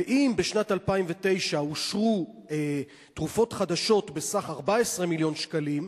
ואם בשנת 2009 אושרו תרופות חדשות בסך 14 מיליון שקלים,